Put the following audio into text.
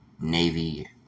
Navy